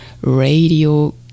Radio